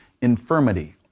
infirmity